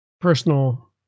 Personal